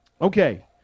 Okay